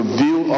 view